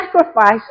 sacrifice